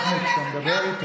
חבר הכנסת גפני,